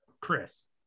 Chris